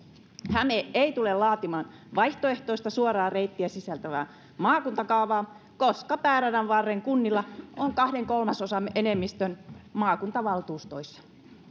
häme ei tule laatimaan vaihtoehtoista suoraa reittiä sisältävää maakuntakaavaa koska pääradan varren kunnilla on kahden kolmasosan enemmistö maakuntavaltuustoissa